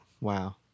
Wow